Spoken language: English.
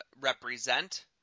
represent